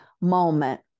moment